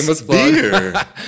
beer